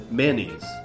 mayonnaise